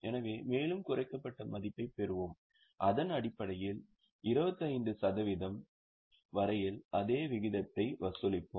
எனவே மேலும் குறைக்கப்பட்ட மதிப்பைப் பெறுவோம் அதன் அடிப்படையில் 25 சதவிகிதம் வரையில் அதே விகிதத்தை வசூலிப்போம்